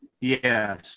Yes